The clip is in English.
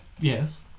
Yes